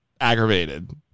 aggravated